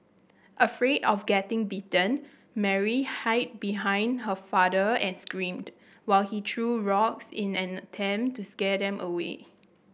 afraid of getting bitten Mary hide behind her father and screamed while he threw rocks in an attempt to scare them away